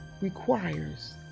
requires